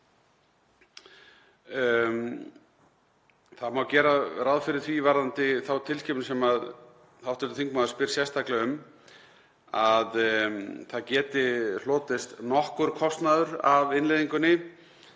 Það má gera ráð fyrir því varðandi þá tilskipun sem hv. þingmaður spyr sérstaklega um að það geti hlotist nokkur kostnaður af innleiðingunni.